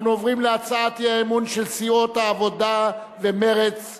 אנחנו עוברים להצעת האי-אמון של סיעות העבודה ומרצ,